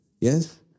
Yes